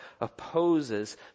opposes